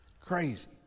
crazy